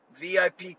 VIP